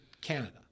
Canada